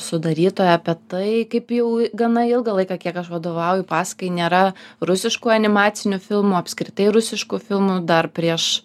sudarytoja apie tai kaip jau gana ilgą laiką kiek aš vadovauju pasakai nėra rusiškų animacinių filmų apskritai rusiškų filmų dar prieš